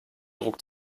druck